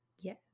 Yes